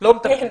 לא מתפקד.